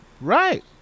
Right